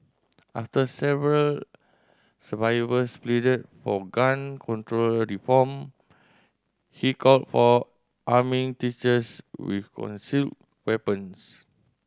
after several survivors pleaded for gun control reform he called for arming teachers with concealed weapons